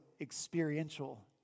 experiential